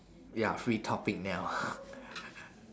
ya free topic now